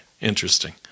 interesting